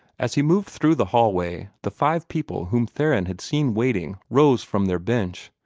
as he moved through the hall-way, the five people whom theron had seen waiting rose from their bench,